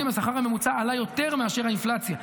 השכר הממוצע עלה יותר מאשר האינפלציה,